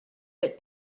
but